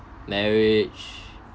marriage